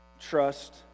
trust